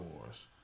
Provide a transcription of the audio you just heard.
Wars